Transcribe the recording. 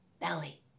belly